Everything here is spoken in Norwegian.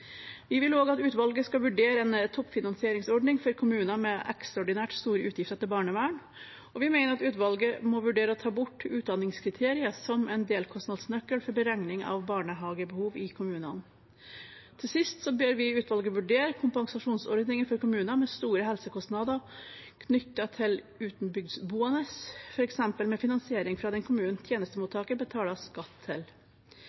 Vi vil også at utvalget skal vurdere en toppfinansieringsordning for kommuner med ekstraordinært store utgifter til barnevern, og vi mener at utvalget må vurdere å ta bort utdanningskriteriet som en delkostnadsnøkkel for beregning av barnehagebehov i kommunene. Til sist ber vi utvalget vurdere kompensasjonsordninger for kommuner med store helsekostnader knyttet til utenbygdsboende, f.eks. medfinansiering fra den kommunen tjenestemottaker betaler skatt til.